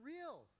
real